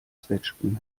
zwetschgen